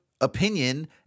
opinion